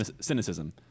cynicism